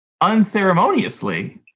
unceremoniously